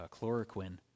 chloroquine